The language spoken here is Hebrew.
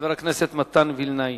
חבר הכנסת מתן וילנאי.